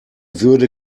würde